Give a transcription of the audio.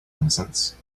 innocence